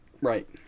Right